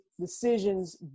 decisions